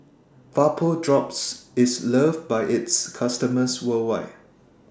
Vapodrops IS loved By its customers worldwide